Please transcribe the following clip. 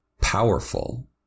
powerful